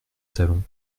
salon